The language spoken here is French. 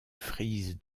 frise